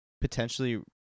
potentially